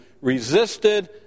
resisted